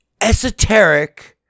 esoteric